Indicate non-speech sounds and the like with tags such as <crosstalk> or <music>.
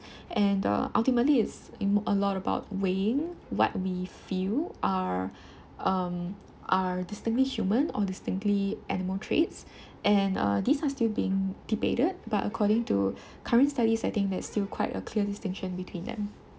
<breath> and uh ultimately is in a lot about weighing what we feel are um are distinctly human or distinctly animal traits and uh these are still being debated but according to current studies I think that still quite a clear distinction between them